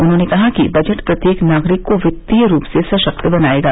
उन्होंने कहा कि बजट प्रत्येक नागरिक को वित्तीय रूप में सशक्त बनाएगा